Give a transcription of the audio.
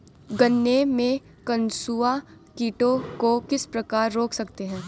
गन्ने में कंसुआ कीटों को किस प्रकार रोक सकते हैं?